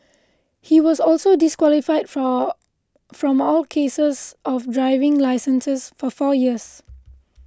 he was also disqualified for from all cases of driving licenses for four years